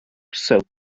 soap